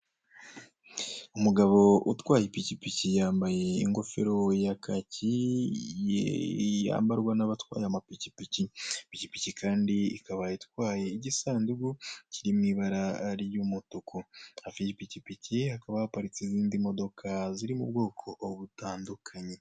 Umugabo utwaye ipikipiki, yambaye ingofero ya kaki, yambarwa n'abatwaye amapikipiki. Ipikipiki kandi ikaba itwaye igisandugu kiri mu ibara ry'umutuku. Hafi y'ipikipiki hakaba haparitse indi modoka, ziri mu bwoko butandukanye.